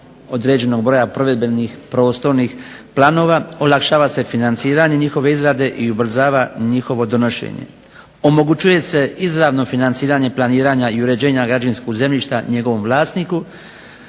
određenog broja provedbenih prostornih planova, olakšava se financiranje njihove izrade i ubrzava njihovo donošenje. Omogućuje se izravno financiranje planiranja i uređenja građevinskog zemljišta njegovom vlasniku,